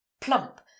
plump